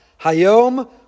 Hayom